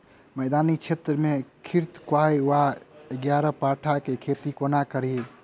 मैदानी क्षेत्र मे घृतक्वाइर वा ग्यारपाठा केँ खेती कोना कड़ी?